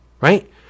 right